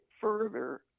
further